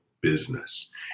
business